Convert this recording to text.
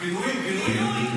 פינויים, פינויים.